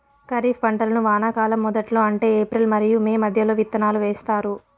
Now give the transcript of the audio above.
ఖరీఫ్ పంటలను వానాకాలం మొదట్లో అంటే ఏప్రిల్ మరియు మే మధ్యలో విత్తనాలు వేస్తారు